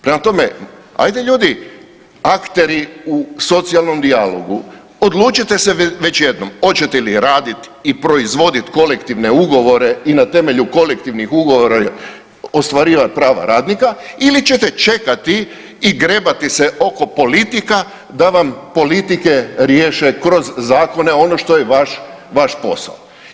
Prema tome, ajde ljudi, akteri u socijalnom dijalogu, odlučite se već jednom, hoćete li raditi i proizvoditi kolektivne ugovore i na temelju kolektivnih ugovora ostvarivati prava radnika ili ćete čekati i grebati se oko politika da vam politike riješe kroz zakone ono što je vaš posao.